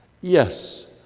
Yes